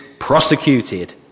prosecuted